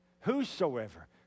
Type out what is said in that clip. whosoever